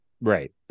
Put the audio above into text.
Right